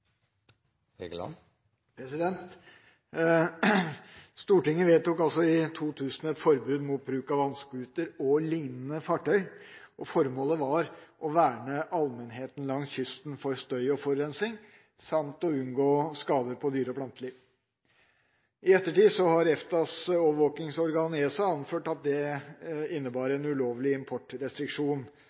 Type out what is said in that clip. småbåtar. Stortinget vedtok altså i 2000 et forbud mot bruk av vannscooter og lignende fartøy, og formålet var å verne allmennheten langs kysten for støy og forurensning, samt å unngå skader på dyre- og planteliv. I ettertid har EFTAs overvåkingsorgan, ESA, anført at det innebar en ulovlig importrestriksjon.